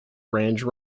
range